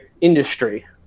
industry